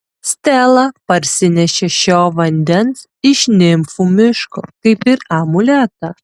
stela parsinešė šio vandens iš nimfų miško kaip ir amuletą